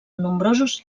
nombrosos